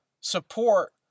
support